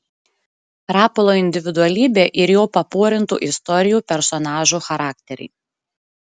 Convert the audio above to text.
rapolo individualybė ir jo paporintų istorijų personažų charakteriai